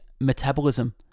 metabolism